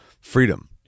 freedom